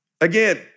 Again